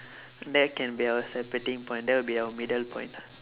that can be our separating point there will our middle point